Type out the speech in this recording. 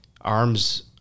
arms